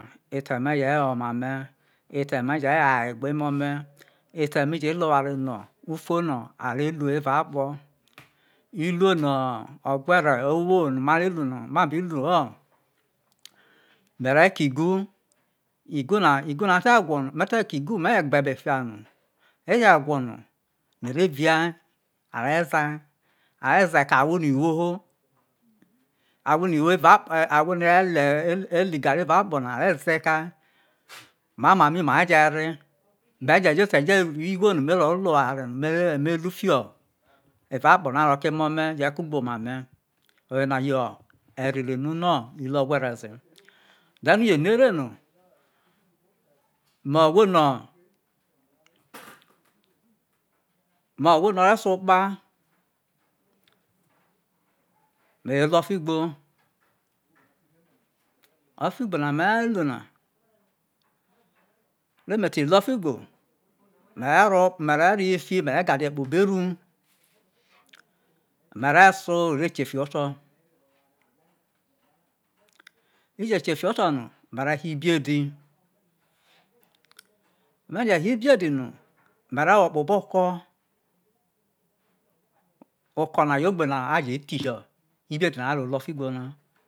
Ete̠ me̠ je̠ yo̠ro̠ oma me̠ ete̠e̠ me̠ je̠ yo̠ro̠ aye gbe emo̠ me̠, ete̠ me je ruo oware no̠ ufo no̠ a re lu eva akpo̠, iruo no obegha gha ugho no̠ ma re lu no ma be lu ha re̠ ke̠ igu, igu na te gwo no me̠ te ki igu me̠ je̠ igbe ebe fia no eje gwo no mere via are̠ zai, are̠ zai ke̠ awho no̠ iwho awo ne̠ re le me e li igeri evao akpo̠ na are ze kai mao mami ma re̠ je̠ re ma ve̠ je̠ jo̠ ete rue igho no me ro rue ewam no̠ mere lu fiho̠ eva akpo na ro̠ ke̠ emo emome̠ je̠ ro̠ ke̠ ugboma me̠ oye na yo erele no uno iruo ogwere ze then u je no ere no no owo no̠ owho no̠ re suo okpa mere luo o̠figbo, o̠fugbo na mere lu na re me te ru o, o̠fugbo me̠ re me̠ reho ifi mere gadie̠ kpo obo eru me̠ re so ure kie fiho oto̠, ije̠ kie fiho̠ oto̠ no me̠ ve̠ na ibiedi me je wo ibiedi no me̠ ve wo kpo̠ obo oko, oko̠ na yo̠ egbe no̠ a je thihi ibiedi no̠ a ro ruo o̠ figbo na.